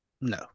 No